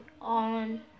on